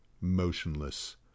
motionless